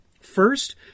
first